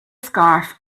scarf